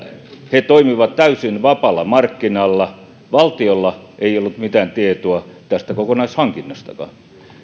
he toimivat täysin vapaalla markkinalla valtiolla ei ollut mitään tietoa tästä kokonaishankinnastakaan